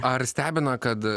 ar stebina kad